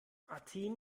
athen